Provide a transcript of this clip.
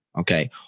Okay